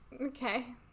Okay